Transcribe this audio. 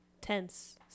tense